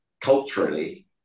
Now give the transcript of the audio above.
culturally